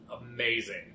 amazing